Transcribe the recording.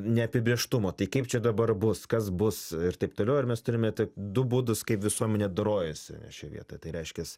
neapibrėžtumą tai kaip čia dabar bus kas bus ir taip toliau ir mes turime tik du būdus kaip visuomenė dorojasi šioj vietoj tai reiškias